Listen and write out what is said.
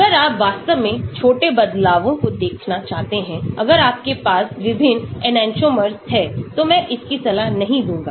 अगर आप वास्तव में छोटे बदलावों को देखना चाहते हैंअगर आपके पास विभिन्न एन्टिओमर्स हैं तो मैं इसकी सलाह नहीं दूंगा